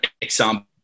example